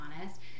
honest